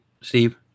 Steve